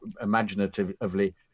imaginatively